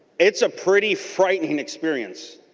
it's a pretty frightening experience.